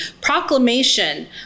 proclamation